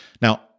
Now